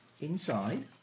Inside